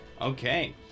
Okay